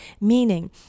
meaning